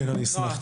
כן, אני אשמח.